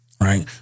right